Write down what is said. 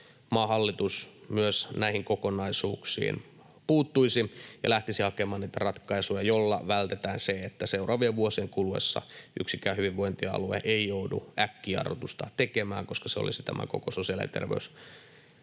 maan hallitus myös näihin kokonaisuuksiin puuttuisi ja lähtisi hakemaan niitä ratkaisuja, joilla varmistetaan se, että seuraavien vuosien kuluessa yksikään hyvinvointialue ei joudu äkkijarrutusta tekemään, koska se olisi tämän koko sosiaali- ja